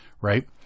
right